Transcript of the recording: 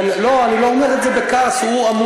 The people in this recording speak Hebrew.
לא שאלתי על שר הביטחון,